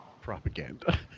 Propaganda